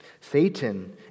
Satan